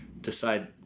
decide